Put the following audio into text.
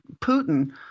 Putin